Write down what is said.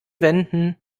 wenden